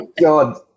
God